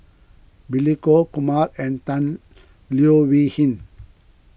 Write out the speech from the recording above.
Billy Koh Kumar and Tan Leo Wee Hin